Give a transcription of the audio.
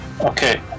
Okay